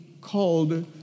called